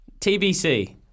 TBC